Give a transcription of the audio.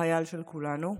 חייל של כולנו,